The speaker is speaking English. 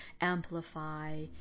amplify